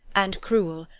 and cruel,